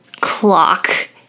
clock